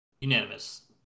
Unanimous